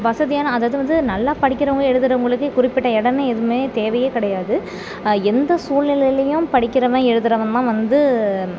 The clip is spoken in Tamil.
வசதியான அதாவது வந்து நல்லா படிக்கிறவங்க எழுதுகிறவங்களுக்கு குறிப்பிட்ட எடம்னே எதுவுமே தேவையே கிடையாது எந்த சூழ்நிலையிலும் படிக்கிறவன் எழுதறவன்லாம் வந்து